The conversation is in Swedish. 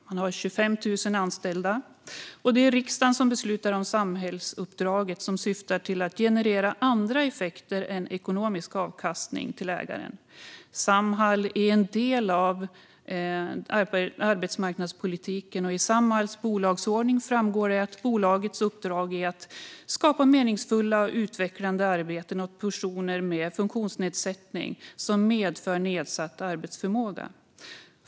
Man har 25 000 anställda, och det är riksdagen som beslutar om samhällsuppdraget, som syftar till att generera andra effekter än ekonomisk avkastning till ägaren. Samhall är en del av arbetsmarknadspolitiken, och i Samhalls bolagsordning framgår att bolagets uppdrag är att skapa meningsfulla och utvecklande arbeten åt personer med funktionsnedsättning som medför nedsatt arbetsförmåga.